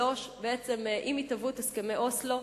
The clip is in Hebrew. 1993, בעצם עם התהוות הסכמי אוסלו,